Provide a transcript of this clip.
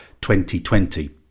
2020